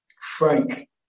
Frank